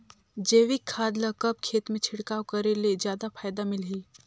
जैविक खाद ल कब खेत मे छिड़काव करे ले जादा फायदा मिलही?